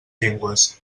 llengües